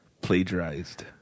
plagiarized